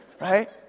right